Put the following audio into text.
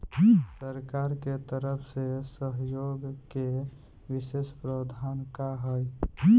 सरकार के तरफ से सहयोग के विशेष प्रावधान का हई?